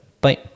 bye